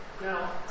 Now